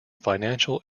financial